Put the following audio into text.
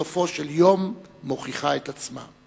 בסופו של דבר מוכיחה את עצמה.